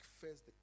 first